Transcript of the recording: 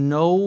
no